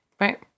Right